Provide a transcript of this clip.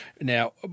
Now